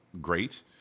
great